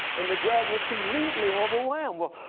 and the judge was completely overwhelmed. well,